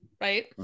Right